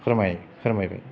फोरमायबाय